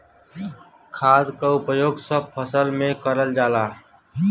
खाद क उपयोग सब फसल में करल जाला